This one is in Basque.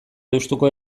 deustuko